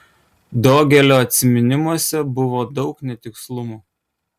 dogelio atsiminimuose buvo daug netikslumų